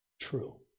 true